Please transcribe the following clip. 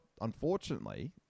Unfortunately